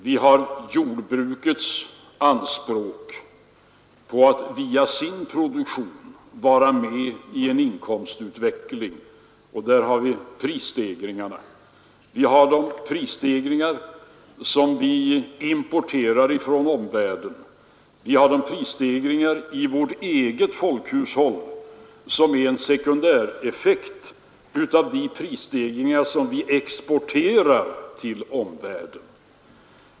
Vi har jordbrukets anspråk på att via sin produktion vara med i en inkomstutveckling — där har vi prisstegringarna —, vi har de prisstegringar som vi importerar från omvärlden och vi har de prisstegringar i vårt eget folkhushåll som är en sekundär effekt av de prisstegringar som vi exporterar till omvärlden.